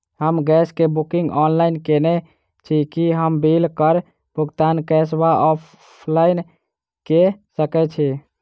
हम गैस कऽ booking online केने छी, की हम बिल कऽ भुगतान कैश वा ऑफलाइन मे कऽ सकय छी?